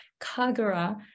Kagura